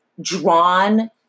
drawn